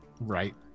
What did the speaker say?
Right